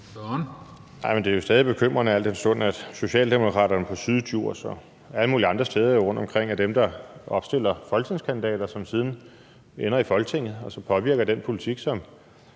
det er jo stadig bekymrende, al den stund at Socialdemokraterne i Syddjurs Kommune og alle mulige andre steder rundtomkring jo er dem, der opstiller folketingskandidater, som siden ender i Folketinget, og som påvirker den politik, som